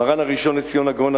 מרן הראשון לציון הגאון,